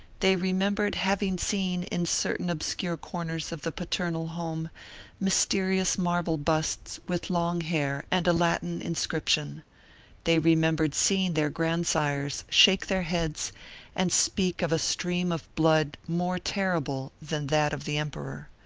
they remembered having seen in certain obscure corners of the paternal home mysterious marble busts with long hair and a latin inscription they remembered seeing their grandsires shake their heads and speak of a stream of blood more terrible than that of the emperor.